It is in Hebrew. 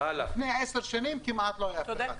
בדקתי ולפני עשר שנים כמעט ולא היה אף אחד.